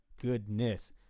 Goodness